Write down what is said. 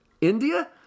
India